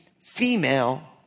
female